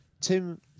Tim